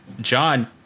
John